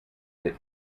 that